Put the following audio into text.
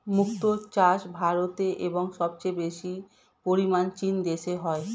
মুক্ত চাষ ভারতে এবং সবচেয়ে বেশি পরিমাণ চীন দেশে হয়